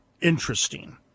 interesting